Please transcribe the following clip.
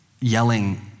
yelling